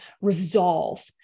resolve